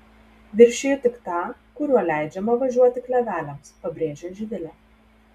viršiju tik tą kuriuo leidžiama važiuoti kleveliams pabrėžė živilė